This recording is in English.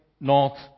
north